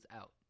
out